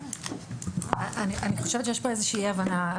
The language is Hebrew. אני חושבת שיש כאן אי הבנה.